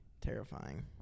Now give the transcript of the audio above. Terrifying